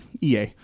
EA